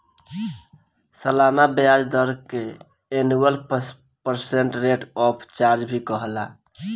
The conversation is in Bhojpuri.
सलाना ब्याज दर के annual percent rate of charge भी कहाला